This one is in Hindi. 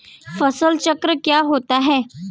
फसल चक्र क्या होता है?